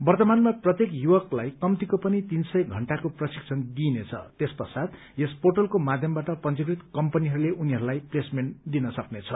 वर्तमानमा प्रत्येक युवकलाई कम्तीको पनि तीन सय घण्टाको प्रशिक्षण दिइनेछ त्यसपश्चात यस पोर्टलको माध्यमबाट पंजीकृत कम्पनीहरूले उनीहरूलाई प्लेसमेन्ट दिन सक्नेछ